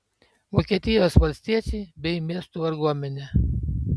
vokietijos valstiečiai bei miestų varguomenė